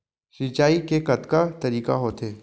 सिंचाई के कतका तरीक़ा होथे?